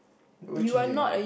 go changing